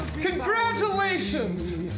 Congratulations